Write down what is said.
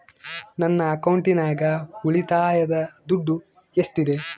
ನನ್ನ ಅಕೌಂಟಿನಾಗ ಉಳಿತಾಯದ ದುಡ್ಡು ಎಷ್ಟಿದೆ?